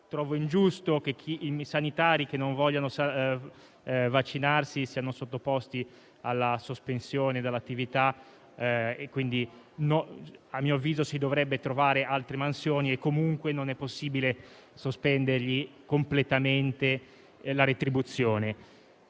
Trovo ingiusto che i sanitari che non vogliono vaccinarsi siano sottoposti alla sospensione dall'attività. A mio avviso, si dovrebbero trovare loro altri mansioni e, comunque, non è possibile sospendere completamente la retribuzione.